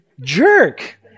jerk